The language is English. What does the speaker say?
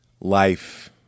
life-